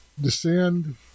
descend